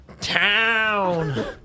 town